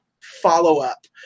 follow-up